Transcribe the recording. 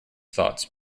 thoughts